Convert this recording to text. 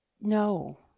no